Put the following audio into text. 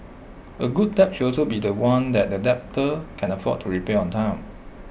A good debt should also be The One that the debtor can afford to repay on time